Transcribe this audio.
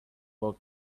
wore